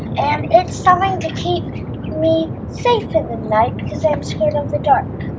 and it's something to keep me safe in the night because i'm scared of the dark.